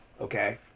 okay